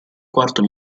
quarto